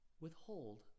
withhold